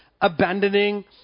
abandoning